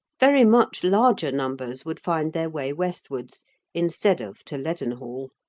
very much larger numbers would find their way westwards instead of to leadenhall.